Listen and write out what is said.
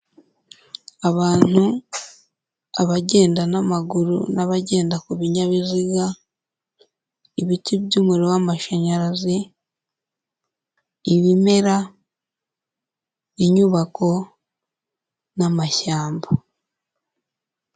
Abantu abagenda n'amaguru n'abagenda ku binyabiziga, ibiti by'umuriro w'amashanyarazi, ibimera, inyubako na amashyamba.